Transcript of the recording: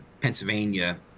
Pennsylvania